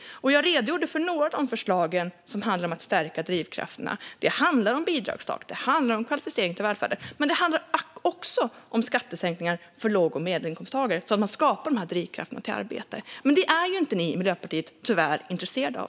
Jag redogjorde för några av de förslag som handlar om att stärka drivkrafterna. Det handlar om bidragstak, och det handlar om kvalificering till välfärden. Men det handlar också om skattesänkningar för låg och medelinkomsttagare så att man skapar drivkrafterna till arbete. Men det är ni i Miljöpartiet tyvärr inte intresserade av.